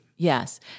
Yes